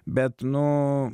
bet nu